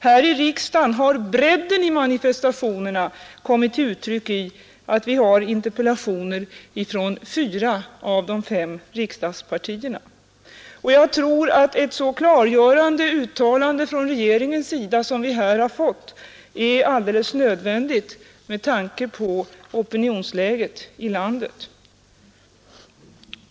Här i riksdagen har bredden i manifestationerna kommit till uttryck i att vi har interpellationer från fyra av de fem riksdagspartierna. Jag tror att ett så klargörande uttalande från regeringen som det vi nu har fått är alldeles nödvändigt med tanke på opinionsläget i vårt land.